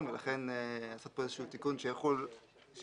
ולכן לעשות פה איזשהו תיקון שיחול שם,